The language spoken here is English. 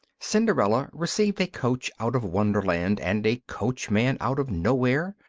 cinderella received a coach out of wonderland and a coachman out of nowhere,